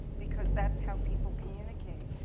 because that's how people communicate.